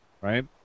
right